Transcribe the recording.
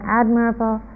admirable